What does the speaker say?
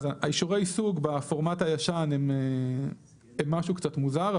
אישורי הסוג בפורמט הישן הם משהו קצת מוזר,